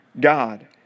God